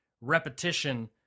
repetition